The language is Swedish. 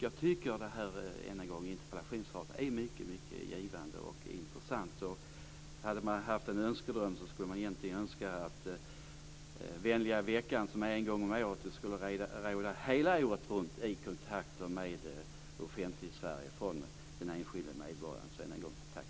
Jag vill än en gång framhålla att interpellationssvaret var mycket intressant och givande. En önskedröm kunde vara att vänliga veckan, som infaller en gång om året, skulle råda hela året runt i kontakterna mellan den enskilde medborgaren och det offentliga Sverige.